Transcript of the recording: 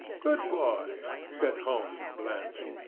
good boy, said holmes, blandly.